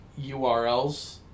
URLs